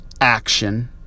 action